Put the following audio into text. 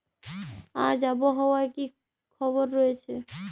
আজ আবহাওয়ার কি খবর রয়েছে?